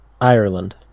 Ireland